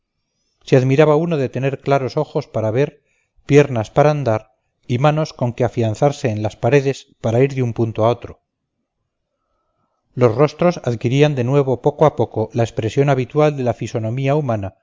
se admiraba uno de tener claros ojos para ver piernas para andar y manos con que afianzarse en las paredes para ir de un punto a otro los rostros adquirían de nuevo poco a poco la expresión habitual de la fisonomía humana